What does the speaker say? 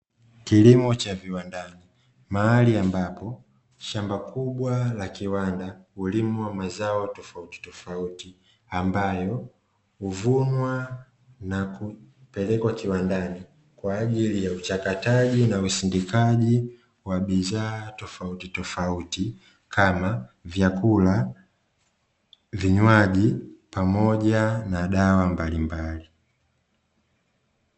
Kilimo cha viwandani, mahali ambapo shamba kubwa la kiwanda hulimwa mazao tofautitofauti, ambayo huvunwa na kupelekwa kiwandani kwa ajili ya uchakataji na usindikaji wa bidhaa tofautitofauti kama:vyakula, vinywaji na dawa mbalimbali.